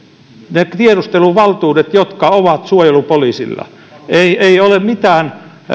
ne tiedusteluvaltuudet jotka ovat suojelupoliisilla ei ei ole mitään